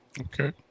Okay